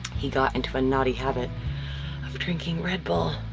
he got into a naughty habit of drinking red bull,